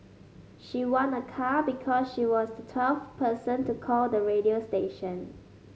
she won a car because she was the twelfth person to call the radio station